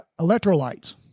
electrolytes